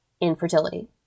infertility